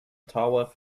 ottawa